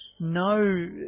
no